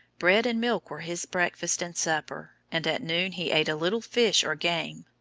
bread and milk were his breakfast and supper, and at noon he ate a little fish or game,